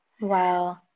Wow